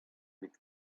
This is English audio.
with